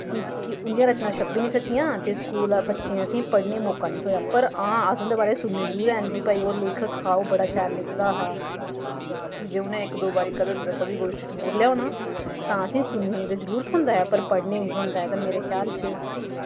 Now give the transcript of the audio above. कि उं'दी रचना छपी निं सक्कियां ते स्कूला बच्चें असें ई पढ़ने दा मौका निं थ्होया पर आं अस उं'दे बारे च सुनने जरूर हैन कि भई ओह् लेखक हा ओह् बड़ा शैल लिखदा हा कि जे उ'नें इक दो बारी कदें कुदै कवि गोश्टी च बोलेआ होना तां असें गी सुनने गी जरूर थ्होंदा ऐ पर पढ़ने गी निं थ्होंदा तां मेरे ख्याल च